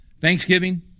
Thanksgiving